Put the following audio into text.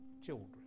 children